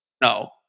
No